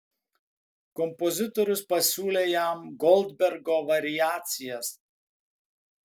kompozitorius pasiūlė jam goldbergo variacijas